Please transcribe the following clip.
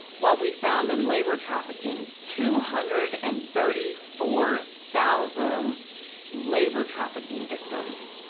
what we found in labor trafficking, two hundred and thirty four thousand labor trafficking victims.